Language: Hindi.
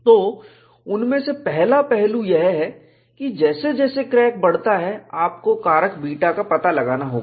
तो उनमें से पहला पहलू यह है कि जैसे जैसे क्रैक बढ़ता है आपको कारक बीटा का पता लगाना होगा